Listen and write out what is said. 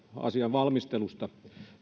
asian valmistelusta